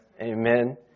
Amen